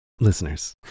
listeners